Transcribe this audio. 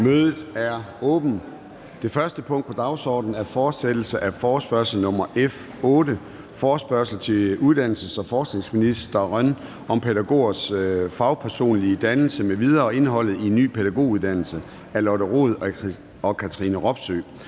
Mødet er åbnet. --- Det første punkt på dagsordenen er: 1) Fortsættelse af forespørgsel nr. F 8 [afstemning]: Forespørgsel til uddannelses- og forskningsministeren om pædagogers fagpersonlige dannelse m.v. og indholdet i en ny pædagoguddannelse. Af Lotte Rod (RV) og Katrine Robsøe